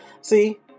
See